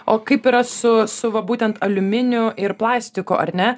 o kaip yra su su va būtent aliuminiu ir plastiku ar ne